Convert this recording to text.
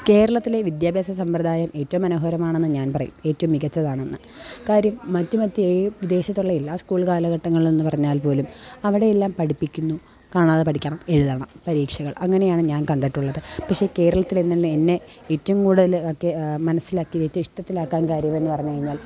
കേരളത്തിലെ വിദ്യാഭ്യാസ സമ്പ്രദായം ഏറ്റവും മനോഹരമാണെന്നു ഞാൻ പറയും ഏറ്റവും മികച്ചതാണെന്ന കാര്യം മറ്റ് മറ്റ് ഏത് വിദേശത്തുള്ള എല്ലാ സ്കൂൾ കാലഘട്ടങ്ങളിലെന്നു പറഞ്ഞാൽ പോലും അവിടെ എല്ലാം പഠിപ്പിക്കുന്നു കാണാതെ പഠിക്കണം എഴുതണം പരീക്ഷകൾ അങ്ങനെയാണ് ഞാൻ കണ്ടിട്ടുള്ളത് പക്ഷേ കേരളത്തിലെന്നുള്ള എന്നെ ഏറ്റവും കൂടുതൽ മനസ്സിലാക്കിയ ഏറ്റവും ഇഷ്ടത്തിലാക്കാൻ കാര്യമെന്നു പറഞ്ഞു കഴിഞ്ഞാൽ